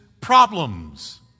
problems